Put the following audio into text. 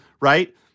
right